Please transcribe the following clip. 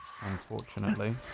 unfortunately